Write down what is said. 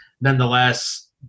Nonetheless